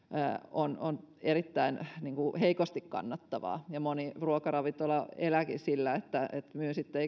on on erittäin heikosti kannattavaa moni ruokaravintola elääkin sillä että myy sitten